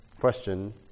question